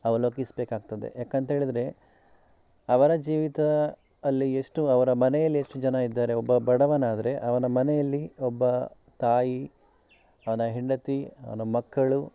ಅವಲೋಕಿಸಬೇಕಾಗ್ತದೆ ಯಾಕಂಥೇಳಿದ್ರೆ ಅವರ ಜೀವಿತ ಅಲ್ಲಿ ಎಷ್ಟು ಅವರ ಮನೆಯಲ್ಲಿ ಎಷ್ಟು ಜನ ಇದ್ದಾರೆ ಒಬ್ಬ ಬಡವನಾದರೆ ಅವನ ಮನೆಯಲ್ಲಿ ಒಬ್ಬ ತಾಯಿ ಅವನ ಹೆಂಡತಿ ಅವನ ಮಕ್ಕಳು